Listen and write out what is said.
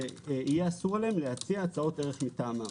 שיהיה אסור להם להציע הצעות ערך מטעמם.